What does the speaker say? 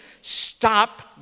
stop